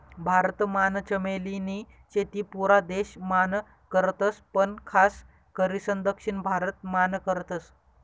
भारत मान चमेली नी शेती पुरा देश मान करतस पण खास करीसन दक्षिण भारत मान करतस